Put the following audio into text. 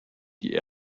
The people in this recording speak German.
die